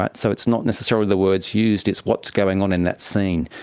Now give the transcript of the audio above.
but so it's not necessarily the words used, it's what's going on in that scene.